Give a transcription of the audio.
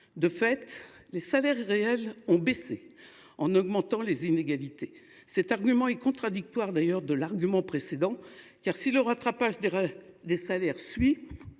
De fait, les salaires réels ont baissé, augmentant les inégalités. Cet argument est en contradiction avec le précédent : si le rattrapage des salaires suit